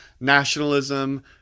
nationalism